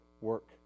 work